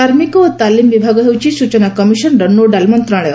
କାର୍ମିକ ଓ ତାଲିମ ବିଭାଗ ହେଉଛି ସୂଚନା କମିଶନର ନୋଡାଲ ମନ୍ତ୍ରଣାଳୟ